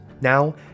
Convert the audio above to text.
Now